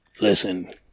Listen